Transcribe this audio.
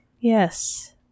Yes